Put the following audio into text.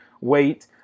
wait